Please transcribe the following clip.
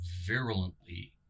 virulently